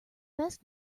best